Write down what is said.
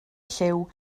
lliw